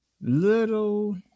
little